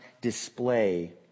display